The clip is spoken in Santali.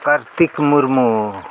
ᱠᱟᱨᱛᱤᱠ ᱢᱩᱨᱢᱩ